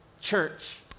Church